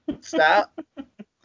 stop